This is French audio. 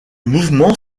mouvement